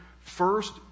first